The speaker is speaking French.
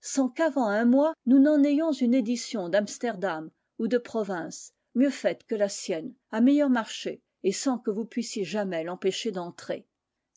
sans qu'avant un mois nous n'en ayons une édition d'amsterdam ou de province mieux faite que la sienne à meilleur marché et sans que vous puissiez jamais l'empêcher d'entrer